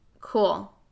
Cool